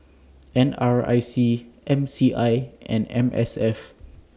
N R I C M C I and M S F